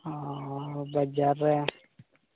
ᱵᱟᱡᱟᱨ ᱨᱮ